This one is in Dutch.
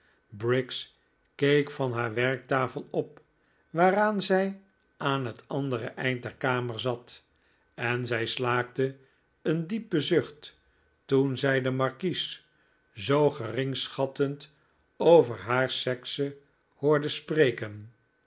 briggs keek van haar werktafel op waaraan zij aan het andere eind der kamer zat en zij slaakte een diepen zucht toen zij den markies zoo geringschattend over haar sekse hoorde spreken